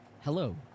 Hello